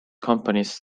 companies